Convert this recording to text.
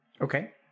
Okay